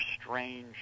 strange